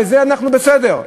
בזה אנחנו בסדר,